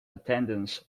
attendance